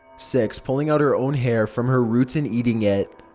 six pulling out her own hair from her roots and eating it.